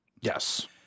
yes